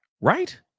right